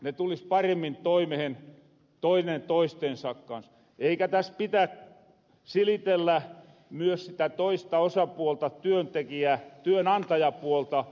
ne tulis paremmin toimehen toinen toistensa kans eikä täs pidä silitellä myös sitä toista osapuolta työnantajapuolta